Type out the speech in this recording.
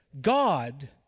God